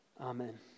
Amen